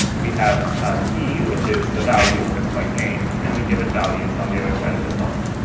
we have a key, which is the value, like name. and we give it values on the other side of the colon.